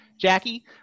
Jackie